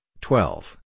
twelve